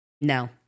No